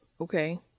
Okay